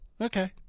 Okay